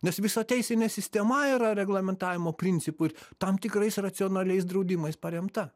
nes visa teisinė sistema yra reglamentavimo principu ir tam tikrais racionaliais draudimais paremta